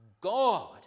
God